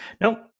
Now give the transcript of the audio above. Nope